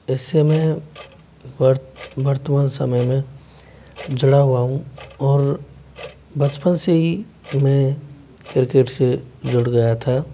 इस से मैं वर्त वर्तमान समय में जुड़ा हुआ हूँ और बचपन से ही मैं क्रिकेट से जुड़ गया था